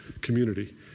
community